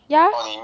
yeah